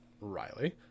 riley